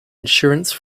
insurance